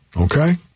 Okay